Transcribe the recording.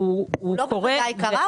הוא לא בוודאי קרה,